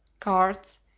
cards